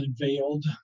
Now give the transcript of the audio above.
unveiled